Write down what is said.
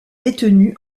détenus